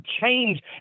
change